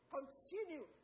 Continue